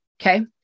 okay